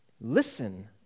listen